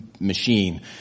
machine